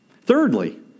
Thirdly